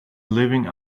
living